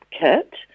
kit